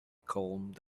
calmed